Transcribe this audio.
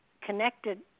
connected